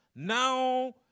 Now